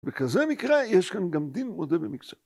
בכזה מקרה יש כאן גם דין מודה ב...